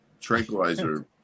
tranquilizer